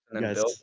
yes